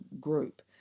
group